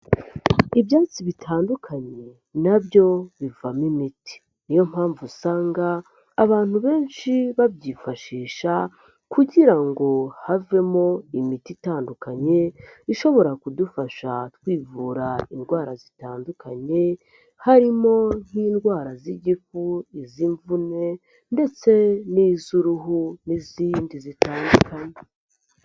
Ibyatsi bitandukanye na byo bivamo imiti, niyo mpamvu usanga abantu benshi babyifashisha kugira ngo havemo imiti itandukanye ishobora kudufasha twivura indwara zitandukanye, harimo nk'indwara z'igifu iz'imvune ndetse n'iz'uruhu n'izindi zitandukanye.